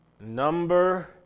number